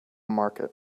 market